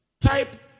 type